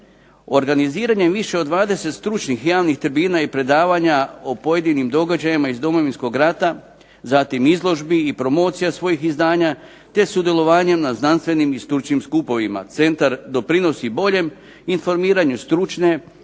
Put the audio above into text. organiziranjem više od 20 stručnih javnih tribina i predavanja o pojedinim događajima iz Domovinskog rata, zatim izložbi i promocija svojih izdanja, te sudjelovanjem na znanstvenim i stručnim skupovima centar doprinosi boljem informiranju stručne,